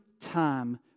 time